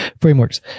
frameworks